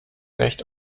recht